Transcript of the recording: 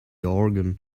organ